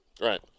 Right